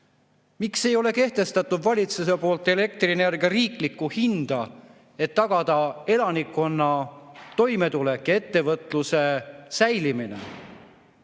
miks ei ole kehtestatud valitsuse poolt elektrienergia riiklikku hinda, et tagada elanikkonna toimetulek ja ettevõtluse säilimine?